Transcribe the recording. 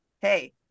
hey